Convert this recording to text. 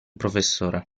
professore